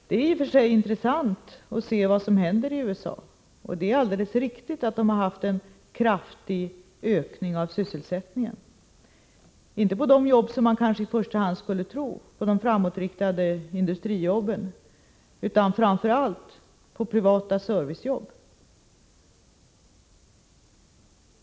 I och för sig är det intressant att se vad som händer i USA, och det är alldeles riktigt att USA har haft en kraftig ökning av sysselsättningen, inte på de arbetsområden som man kanske i första hand skulle tro att det gäller — en ökning av de framtidsinriktade industrijobben — utan framför allt av privata servicejobb.